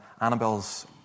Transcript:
Annabelle's